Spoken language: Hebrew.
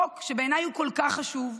חוק שבעיניי הוא כל כך חשוב,